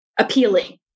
appealing